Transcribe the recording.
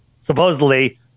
supposedly